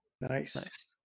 Nice